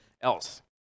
else